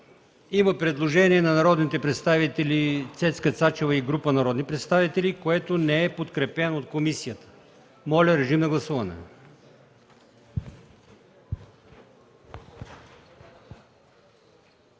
има предложение на народния представител Цецка Цачева и група народни представители, което не е подкрепено от комисията. Моля, гласувайте.